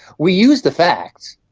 we use the facts,